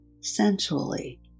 sensually